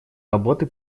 работы